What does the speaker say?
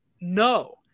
No